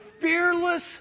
fearless